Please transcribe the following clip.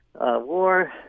war